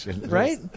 right